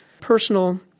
personal